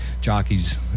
jockeys